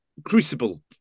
Crucible